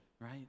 right